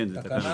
כן, זו תקנה.